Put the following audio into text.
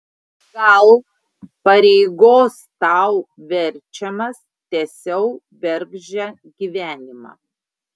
gal pareigos tau verčiamas tęsiau bergždžią gyvenimą